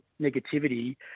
negativity